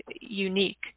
unique